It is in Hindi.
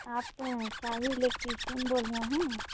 आप तो चाभी लेकर कौन बोल रहे हैं